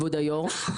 כבוד היושב-ראש,